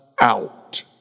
out